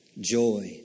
joy